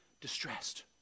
distressed